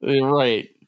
Right